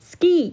Ski